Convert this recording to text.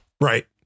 right